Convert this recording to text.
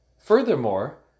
Furthermore